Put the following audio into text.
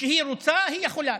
וכשהיא רוצה היא יכולה.